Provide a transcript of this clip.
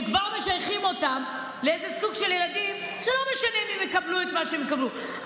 שכבר משייכים אותם לסוג של ילדים שלא משנה אם הם יקבלו את מה שהם יקבלו,